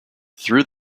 through